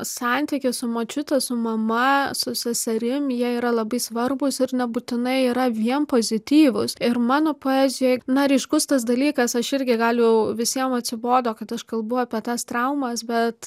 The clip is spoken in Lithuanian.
santykiai su močiute su mama su seserim jie yra labai svarbūs ir nebūtinai yra vien pozityvūs ir mano poezijoj na ryškus tas dalykas aš irgi gal jau visiem atsibodo kad aš kalbu apie tas traumas bet